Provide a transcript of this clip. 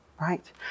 Right